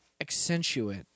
accentuate